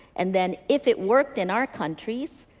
and then if it worked in our countries,